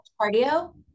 cardio